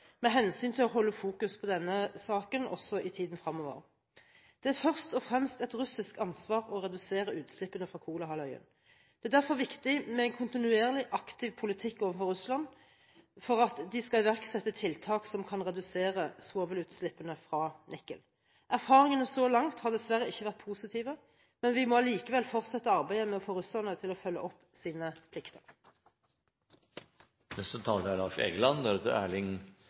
med hensyn til å holde fokus på denne saken også i tiden fremover. Det er først og fremst et russisk ansvar å redusere utslippene på Kolahalvøya. Det er derfor viktig med en kontinuerlig, aktiv politikk overfor Russland for at de skal iverksette tiltak som kan redusere svovelutslippene fra Nikel. Erfaringene så langt har dessverre ikke vært positive, men vi må allikevel fortsette arbeidet med å få russerne til å følge opp sine